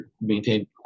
maintain